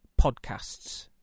podcasts